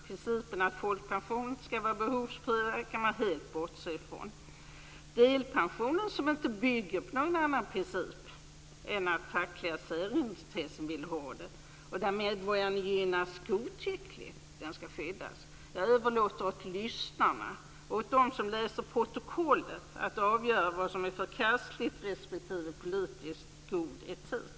Principen att folkpensionen inte skall vara behovsprövad kan man helt bortse ifrån. Delpensionen, som inte bygger på någon annan princip än den om fackliga särintressen - medborgarna gynnas godtyckligt - skall skyddas. Jag överlåter på lyssnarna och dem som läser protokollet att avgöra vad som är förkastligt och vad som är politiskt god etik.